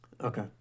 Okay